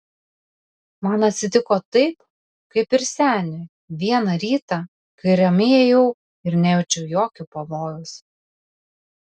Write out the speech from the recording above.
man atsitiko taip kaip ir seniui vieną rytą kai ramiai ėjau ir nejaučiau jokio pavojaus